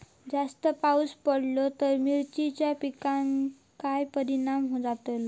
जास्त पाऊस पडलो तर मिरचीच्या पिकार काय परणाम जतालो?